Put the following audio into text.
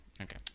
Okay